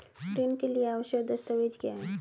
ऋण के लिए आवश्यक दस्तावेज क्या हैं?